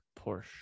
Porsche